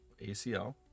ACL